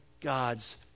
God's